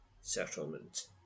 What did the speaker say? settlement